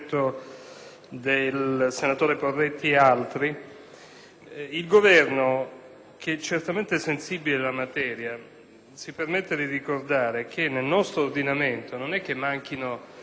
IlGoverno, che è certamente sensibile alla materia, si permette di ricordare che nel nostro ordinamento non mancano le norme incriminatrici di comportamenti